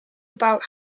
about